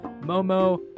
Momo